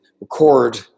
record